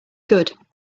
good